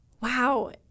wow